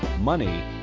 money